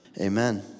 amen